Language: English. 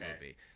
movie